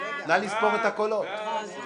בואו נתחיל,